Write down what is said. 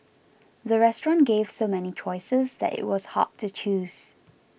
the restaurant gave so many choices that it was hard to choose